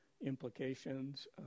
implications